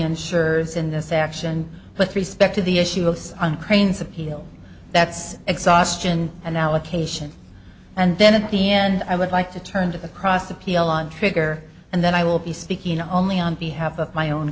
insures in this action with respect to the issue of an cranes appeal that's exhaustion and allocation and then at the end i would like to turn to the cross appeal on trigger and then i will be speaking only on behalf of my own